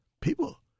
People